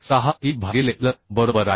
तर हे 6 E भागिले L बरोबर आहे